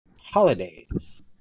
Holidays